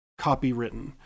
copywritten